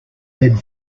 red